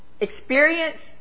experience